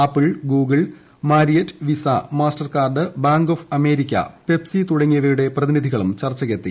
apple Google Marriott Visa Mastercard Bank of America Pepsi തുടങ്ങിയവയുടെ പ്രതിനിധികളും ചർച്ചയ്ക്കെത്തി